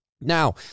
now